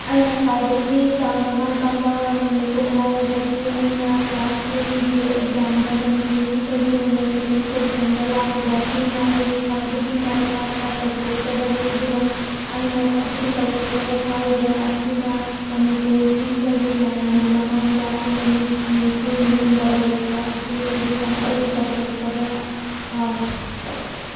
ꯑꯩꯅ ꯈ꯭ꯋꯥꯏꯗꯒꯤ ꯆꯥꯎꯅ ꯃꯥꯏ ꯄꯥꯛꯄ ꯃꯤꯠꯀꯨꯞ ꯍꯥꯏꯔꯒꯗꯤ ꯑꯩꯅ ꯀ꯭ꯂꯥꯁ ꯇꯦꯟꯒꯤ ꯑꯦꯛꯖꯥꯝꯗ ꯃꯅꯤꯄꯨꯔ ꯄꯨꯝꯕꯒꯤ ꯑꯣꯏꯅ ꯁꯦꯀꯦꯟ ꯄꯣꯖꯤꯁꯟꯗ ꯂꯥꯛꯈꯤꯕ ꯑꯁꯤꯅ ꯑꯩꯒꯤ ꯈ꯭ꯋꯥꯏꯗꯒꯤ ꯃꯥꯏ ꯄꯥꯛꯄ ꯆꯥꯎꯊꯣꯛꯆꯕꯅꯤ ꯑꯗꯨꯒ ꯑꯩꯅ ꯈ꯭ꯋꯥꯏꯗꯒꯤ ꯆꯥꯎꯊꯣꯛꯆꯥꯕ ꯐꯥꯎꯔꯤꯕ ꯑꯁꯤꯅ ꯃꯅꯤꯄꯨꯔ ꯄꯨꯝꯕꯒꯤ ꯃꯌꯥꯝꯒꯤ ꯃꯃꯥꯡꯗ ꯑꯩꯅ ꯃꯤꯊꯣꯏ ꯃꯤꯍꯦꯟꯕ ꯑꯣꯏꯔꯛꯄ ꯑꯁꯤ ꯑꯩꯒꯤ ꯈ꯭ꯋꯥꯏꯗꯒꯤ ꯆꯥꯎꯊꯣꯛꯆꯕ ꯐꯥꯎꯋꯤ